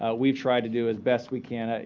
ah we've tried to do as best we can.